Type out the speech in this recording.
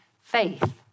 faith